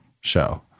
Show